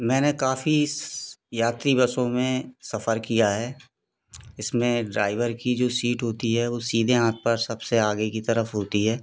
मैंने काफ़ी यात्री बसों में सफ़र किया है इसमें ड्राइवर की जो सीट होती है वो सीधे हाथ पर सबसे आगे की तरफ़ होती है